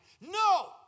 no